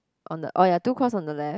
on the oh ya two cross on the left